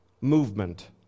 movement